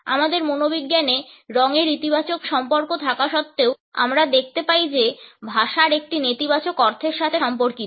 আমাদের মনোবিজ্ঞানে রঙের ইতিবাচক সম্পর্ক থাকা সত্ত্বেও আমরা দেখতে পাই যে ভাষায় এটি একটি নেতিবাচক অর্থের সাথে সম্পর্কিত